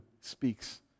speaks